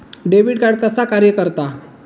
Debit card कसा कार्य करता?